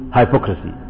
hypocrisy